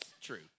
true